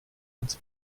ans